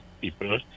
people